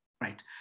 right